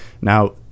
Now